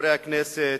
חברי הכנסת,